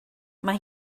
mae